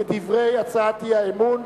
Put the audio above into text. כדברי הצעת האי-אמון.